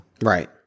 Right